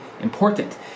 important